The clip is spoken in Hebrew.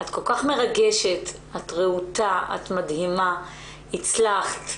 את כל כך מרגשת, רהוטה, את מדהימה, הצלחת,